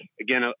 again